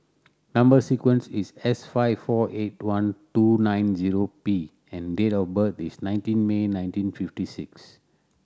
number sequence is S five four eight one two nine zero P and date of birth is nineteen May nineteen fifty six